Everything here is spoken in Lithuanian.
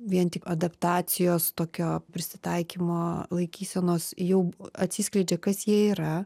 vien tik adaptacijos tokio prisitaikymo laikysenos jau atsiskleidžia kas jie yra